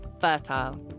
Fertile